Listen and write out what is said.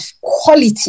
quality